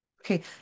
okay